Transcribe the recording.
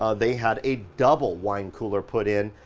ah they had a double wine cooler put in,